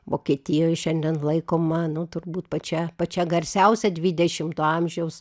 vokietijoj šiandien laikoma nu turbūt pačia pačia garsiausia dvidešimto amžiaus